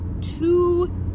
two